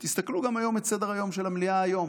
תסתכלו גם היום על סדר-היום של המליאה, היום.